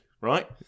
right